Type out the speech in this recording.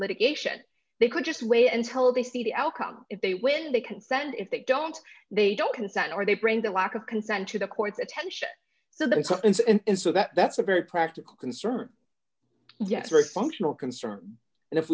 litigation they could just wait until they see the outcome if they when they consent if they don't they don't consent or they bring the lack of consent to the court's attention so that and so that that's a very practical concern yes very functional concern and if